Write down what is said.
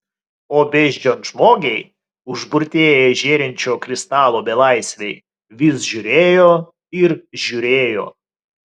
o beždžionžmogiai užburtieji žėrinčio kristalo belaisviai vis žiūrėjo ir žiūrėjo